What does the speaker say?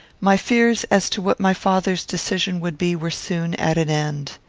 my fears as to what my father's decision would be were soon at an end.